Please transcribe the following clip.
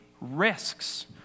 risks